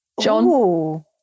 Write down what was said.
John